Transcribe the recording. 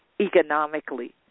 economically